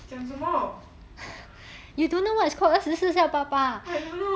讲什么